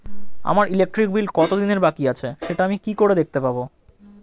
আমার electric bill কত দিনের বাকি আছে সেটা আমি কি করে দেখতে পাবো?